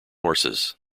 horses